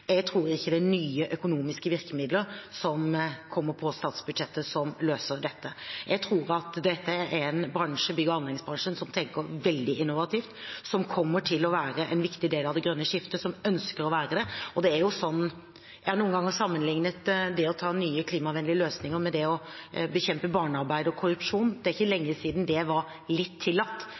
Jeg tror ikke det er nye økonomiske virkemidler som kommer på statsbudsjettet, som løser dette. Jeg tror at dette er en bygg- og anleggsbransje som tenker veldig innovativt, som kommer til å være en viktig del av det grønne skiftet, og som ønsker å være det. Jeg har noen ganger sammenlignet det å ta nye klimavennlige løsninger med det å bekjempe barnearbeid og korrupsjon. Det er ikke lenge siden det var litt tillatt.